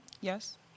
Yes